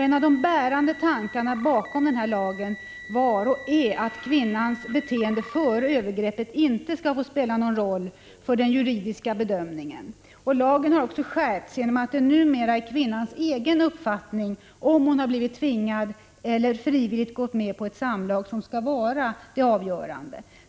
En av de bärande tankarna bakom denna lag var, och är, att kvinnans beteende före övergreppet inte skall få spela någon roll för den juridiska bedömningen. — Prot. 1985/86:126 Lagen har också skärpts genom att det numera är kvinnans egen uppfattning 24 april 1986 om huruvida hon har blivit tvingad eller frivilligt gått med på ett samlag som skall vara avgörande.